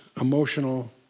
emotional